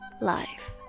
life